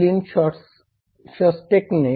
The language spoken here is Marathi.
लिन शोस्टॅकने G